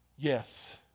Yes